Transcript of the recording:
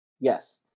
Yes